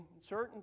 certain